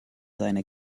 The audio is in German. seine